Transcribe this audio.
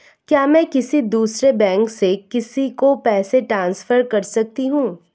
क्या मैं किसी दूसरे बैंक से किसी को पैसे ट्रांसफर कर सकती हूँ?